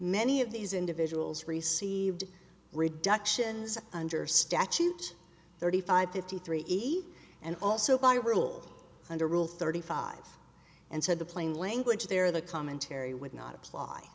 many of these individuals received reduction under statute thirty five fifty three eight and also by rule under rule thirty five and said the plain language there the commentary would not apply